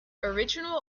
original